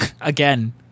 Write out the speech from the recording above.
again